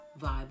vibe